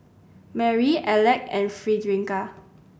Marry Aleck and Frederica